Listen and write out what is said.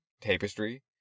tapestry